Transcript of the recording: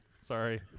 Sorry